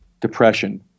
depression